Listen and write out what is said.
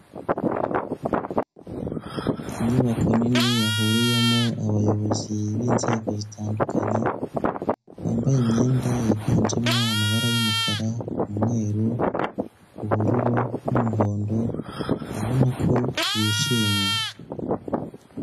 Inyubako nini yahuriyemo abayobozi b'inzego zitandukanye, bambaye imyenda yiganjemo amabara yumukara umweru, ubururu n'umuhondo ubona ko bishimye.